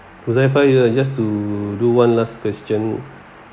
huzaifal you are just to do one last question